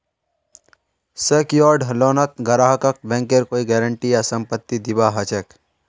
secured लोनत ग्राहकक बैंकेर कोई गारंटी या संपत्ति दीबा ह छेक